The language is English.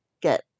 get